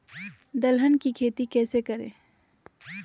दलहन की खेती कैसे करें?